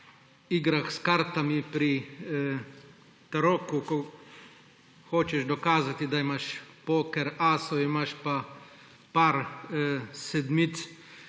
igrah s kartami pri taroku, ko hočeš dokazati, da imaš poker asov, imaš pa par sedmic.